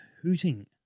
hooting